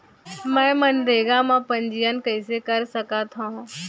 मैं मनरेगा म पंजीयन कैसे म कर सकत हो?